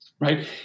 Right